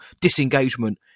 disengagement